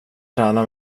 träna